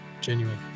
genuine